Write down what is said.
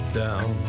down